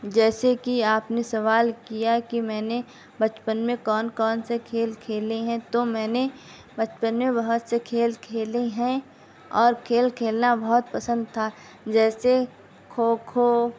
جیسے کہ آپ نے سوال کیا کہ میں نے بچپن میں کون کون سے کھیل کھیلے ہیں تو میں نے بچپن میں بہت سے کھیل کھیلے ہیں اور کھیل کھیلنا بہت پسند تھا جیسے کھوکھو